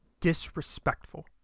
Disrespectful